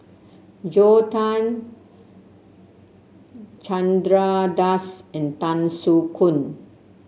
Joel Tan Chandra Das and Tan Soo Khoon